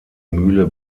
mühle